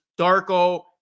Darko